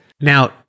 Now-